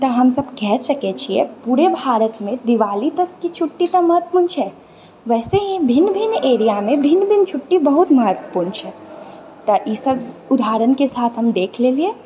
तऽ हमसब कहि सकै छियै पूरे भारतमे दिवाली तकके छुट्टी तऽ महत्वपूर्ण छै वैसे ही भिन्न भिन्न एरियामे भिन्न भिन्न छुट्टी बहुत महत्वपूर्ण छै तऽ ई सब उदाहरणके साथ हम देख लेलियै